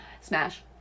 Smash